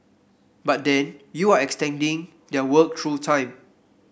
but then you're extending their work through time